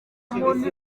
muntu